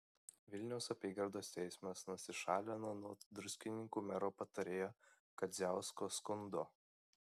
vilniaus apygardos teismas nusišalino nuo druskininkų mero patarėjo kadziausko skundo